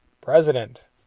president